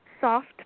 soft